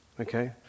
okay